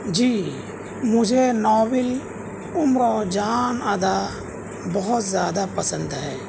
جی مجھے ناول امراؤ جان ادا بہت زیادہ پسند ہے